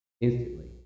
Instantly